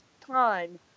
time